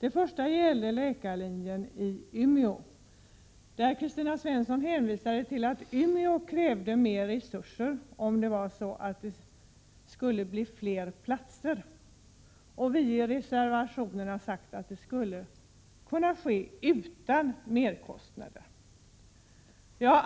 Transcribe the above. I fråga om läkarlinjen i Umeå hänvisade Kristina Svensson till att Umeå kräver mer resurser om det skall bli fler platser, medan vi i reservationen har sagt att detta skulle kunna ske utan merkostnader.